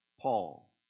Paul